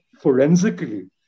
forensically